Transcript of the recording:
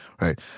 right